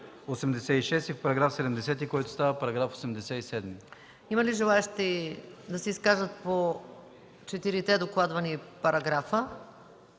Има ли желаещи да се изкажат по четирите докладвани параграфа?